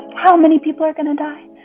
how many people are going to die?